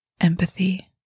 empathy